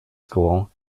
school